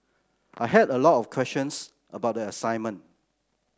I had a lot of questions about their assignment